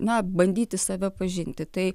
na bandyti save pažinti tai